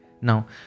Now